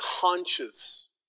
conscious